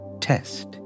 test